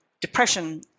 depression